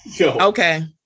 Okay